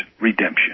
redemption